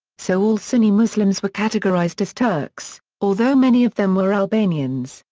so all sunni muslims were categorised as turks, although many of them were albanians,